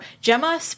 Gemma